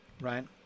right